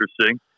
interesting